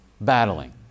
battling